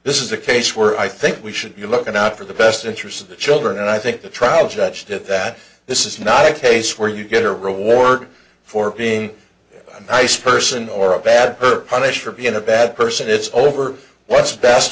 this is a case where i think we should be looking out for the best interests of the children and i think the trial judge to that this is not a case where you get a reward for being a nice person or a bad per punish for being a bad person it's over what's best